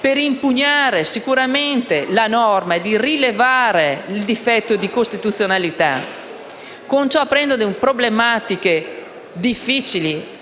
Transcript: per impugnare sicuramente la norma e rilevare il difetto di costituzionalità. Con ciò si dà vita a problematiche di difficile